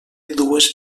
dues